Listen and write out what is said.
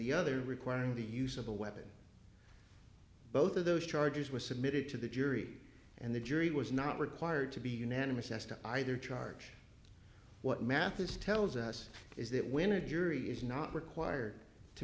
the other requiring the use of a weapon both of those charges were submitted to the jury and the jury was not required to be unanimous as to either charge what mathis tells us is that when a jury is not required to